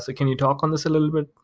ah can you talk on this a little bit?